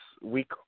week